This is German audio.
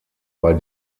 bei